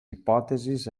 hipòtesis